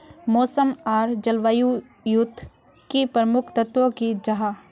मौसम आर जलवायु युत की प्रमुख तत्व की जाहा?